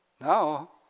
now